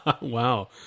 Wow